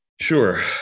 Sure